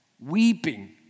weeping